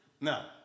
No